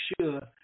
sure